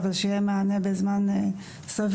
אבל צריך שיהיה מענה בזמן סביר.